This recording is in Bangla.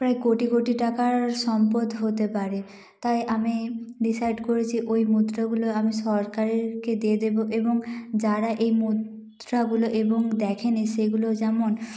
প্রায় কোটি কোটি টাকার সম্পদ হতে পারে তাই আমি ডিসাইড করেছি ওই মুদ্রগুলো আমি সরকারেরকে দিয়ে দেবো এবং যারা এই মুদ্রাগুলো এবং দেখে নি সেগুলো যেমন